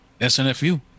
SNFU